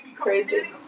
Crazy